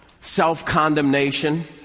self-condemnation